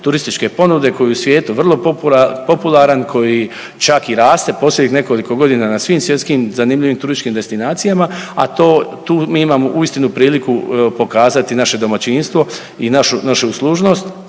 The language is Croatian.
turističke ponude koji je u svijetu vrlo popularan, koji čak i raste posljednjih nekoliko godina na svim svjetskim zanimljivim turističkim destinacijama, a to, tu mi imamo uistinu priliku pokazati naše domaćinstvo i našu, našu uslužnost